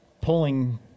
pulling